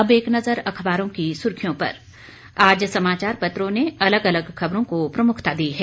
अब एक नजर अखबारों की सुर्खियों पर आज समाचार पत्रों ने अलग अलग खबरों को प्रमुखता दी है